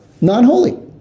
non-holy